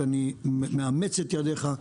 אני מאמץ את ידיך,